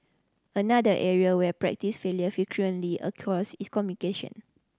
another area where practice failure frequently occurs is communication